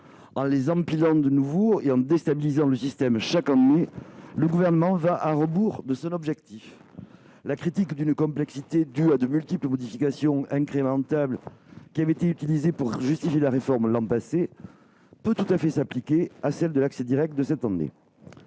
En les empilant de nouveau et en déstabilisant le système chaque année, le Gouvernement va à rebours de son objectif. La critique d'une complexité due à de multiples modifications incrémentales, utilisée pour justifier la réforme de l'an passé, peut tout à fait s'appliquer, cette année, à celle de